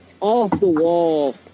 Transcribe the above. off-the-wall